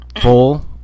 full